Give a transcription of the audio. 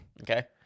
Okay